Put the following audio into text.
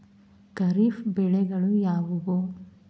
ಖಾರಿಫ್ ಬೆಳೆಗಳು ಯಾವುವು?